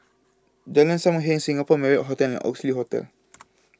Jalan SAM Heng Singapore Marriott Hotel and Oxley Hotel